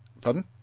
pardon